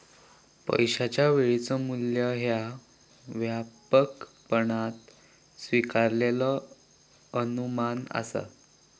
पैशाचा वेळेचो मू्ल्य ह्या व्यापकपणान स्वीकारलेलो अनुमान असा